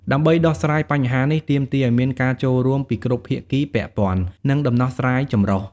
ដើម្បីដោះស្រាយបញ្ហានេះ ទាមទារឱ្យមានការចូលរួមពីគ្រប់ភាគីពាក់ព័ន្ធ និងដំណោះស្រាយចម្រុះ។